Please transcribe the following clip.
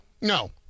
No